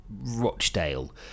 rochdale